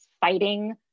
fighting